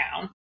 down